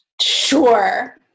Sure